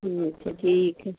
ठीक है ठीक है